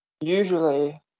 usually